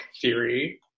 theory